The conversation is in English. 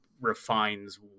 refines